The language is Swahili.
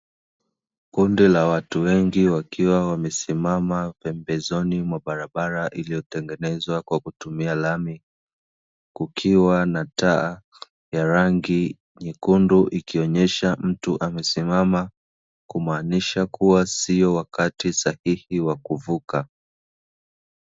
Kundi la watu wengi wakiwa wamesimama pembezoni mwa barabara iliyotengenezwa kwa kutumia lami, kukiwa na taa ya rangi nyekundu, ikionyesha mtu amesimama, kumaanisha kuwa sio wakati sahihi wa kuvuka.